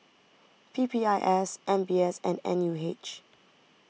P P I S M B S and N U H